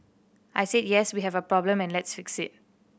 I said yes we have a problem and let's fix it